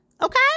okay